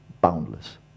boundless